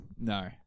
No